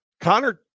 connor